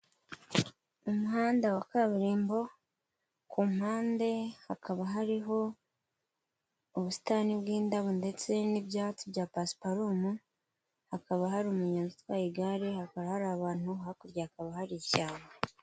Umuhanda wa kaburimbo, kumpande hakaba hariho ubusitani bw'indabo ndetse n'ibyatsi bya pasiparumu, hakaba hari umunyonzi utwaye igare, hakaba hari abantu, hakurya hakaba hari ishyamba.